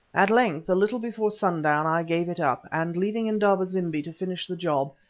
at length, a little before sundown, i gave it up, and leaving indaba-zimbi to finish the job,